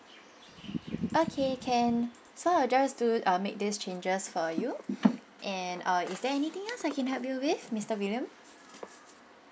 okay can so I'll just do uh make these changes for you and uh is there anything else I can help you with mister william